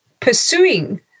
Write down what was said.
Pursuing